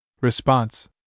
Response